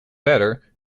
better